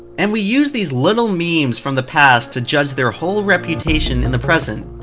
and we use these little memes from the past, to judge their whole reputation in the present.